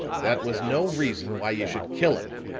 that was no reason why you should kill him,